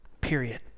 period